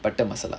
butter masala